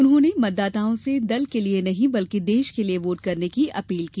उन्होंने मतदाताओं से दल के लिये नहीं बल्कि देश के लिये वोट करने की अपील की